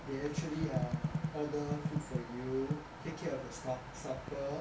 they actually ah order food for you take care of your sup~ supper